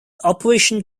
operation